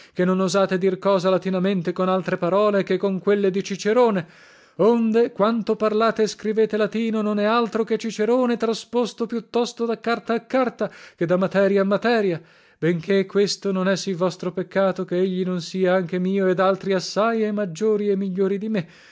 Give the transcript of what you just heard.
che non osate dir cosa latinamente con altre parole che con quelle di cicerone onde quanto parlate e scrivete latino non è altro che cicerone trasposto più tosto da carta a carta che da materia a materia benché questo non è sì vostro peccato che egli non sia anche mio e daltri assai e maggiori e migliori di me